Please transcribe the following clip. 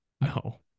No